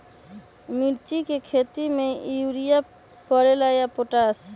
मिर्ची के खेती में यूरिया परेला या पोटाश?